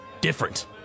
different